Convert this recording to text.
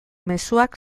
mezuak